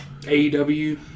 AEW